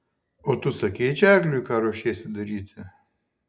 o tu sakei čarliui ką ruošiesi daryti